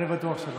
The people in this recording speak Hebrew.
אני בטוח שלא,